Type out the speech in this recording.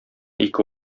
ике